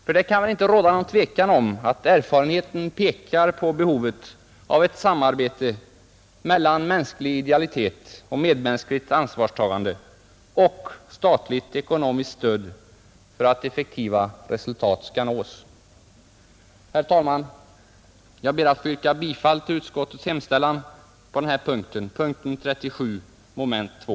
För det kan väl inte råda något tvivel om att erfarenheten pekar på behovet av ett samarbete mellan mänsklig idealitet och medmänskligt ansvarstagande och statligt ekonomiskt stöd för att effektiva resultat skall nås. Herr talman! Jag ber att få yrka bifall till utskottets hemställan i fråga om punkten 37 mom. 2.